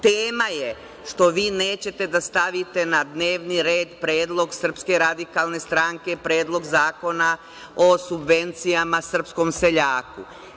Tema je što vi nećete da stavite na dnevni red predlog SRS, Predlog zakona o subvencijama srpskom seljaku.